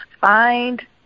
Find